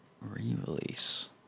Re-release